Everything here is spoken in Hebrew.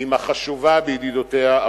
עם החשובה בידידותיה,